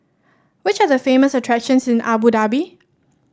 which are the famous attractions in Abu Dhabi